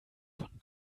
von